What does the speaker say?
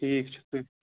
ٹھیٖک چھُ تُہۍ